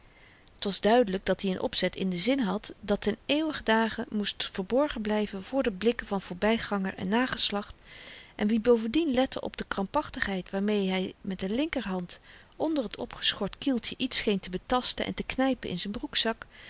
t was duidelyk dat-i n opzet in den zin had dat ten eeuwigen dage moest verborgen blyven voor de blikken van voorbyganger en nageslacht en wie bovendien lette op de krampachtigheid waarmee hy met de linkerhand onder t opgeschort kieltje iets scheen te betasten en te knypen in z'n broekzak